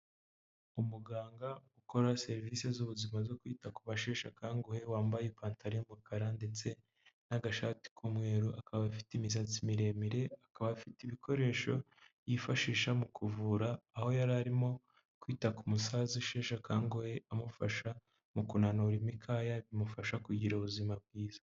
Umuganga ukora serivisi z'ubuzima zo kwita ku basheshe akanguhe wambaye ipantaro y’umukara ndetse n'agashati k'umweru, akaba afite imisatsi miremire, akaba afite ibikoresho yifashisha mu kuvura aho yari arimo kwita ku musaza ushesha akanguhe amufasha mu kunanura imikaya bimufasha kugira ubuzima bwiza.